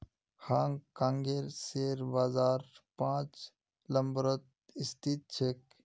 हांग कांगेर शेयर बाजार पांच नम्बरत स्थित छेक